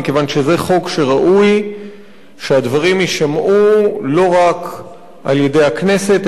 מכיוון שזה חוק שראוי שהדברים יישמעו לא רק באוזני הכנסת,